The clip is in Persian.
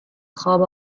خواب